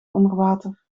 onderwater